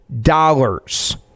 dollars